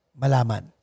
Malaman